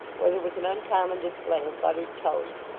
where there was an uncommon display of buttered toast,